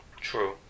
True